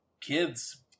kids